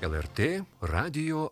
el er tė radijo žinios